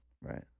right